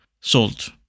salt